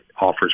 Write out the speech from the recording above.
offers